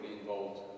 involved